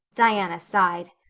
diana sighed.